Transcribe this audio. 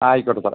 ആയിക്കോട്ടെ സാറെ